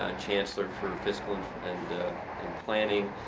ah chancellor for fiscal and and and planning,